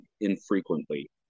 infrequently